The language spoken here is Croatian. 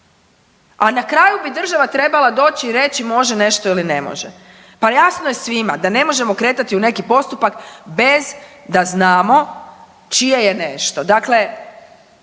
A na kraju bi država trebala doći i reći može nešto ili ne može. Pa jasno je svima da ne možemo kretati u neki postupak bez da znamo čije je nešto,